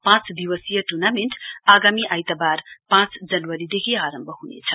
पाँच दिवसीय टुर्नामेन्ट आगामी आइतबार पाँच जनवरीदेखि आरम्भ हुनेछ